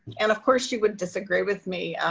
and of course she would disagree with me,